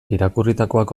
irakurritakoak